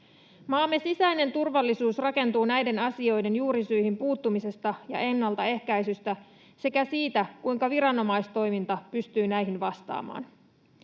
Maamme sisäinen turvallisuus rakentuu näiden asioiden juurisyihin puuttumisesta ja ennaltaehkäisystä sekä siitä, kuinka viranomaistoiminta pystyy näihin vastaamaan.